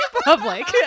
public